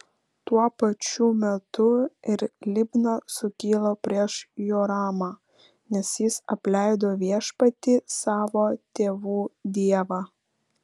tuo pačiu metu ir libna sukilo prieš joramą nes jis apleido viešpatį savo tėvų dievą